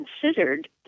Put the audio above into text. considered